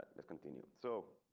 the continue so.